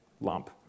lump